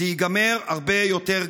זה ייגמר הרבה יותר גרוע.